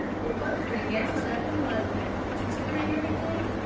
it was pretty gallant of him, wasn't it? considering everything?